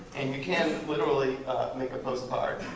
and you can literally make a postcard.